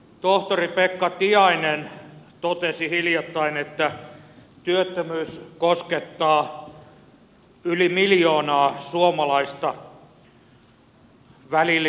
tohtori pekka tiainen totesi hiljattain että työttömyys koskettaa yli miljoonaa suomalaista välillisesti